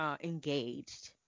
engaged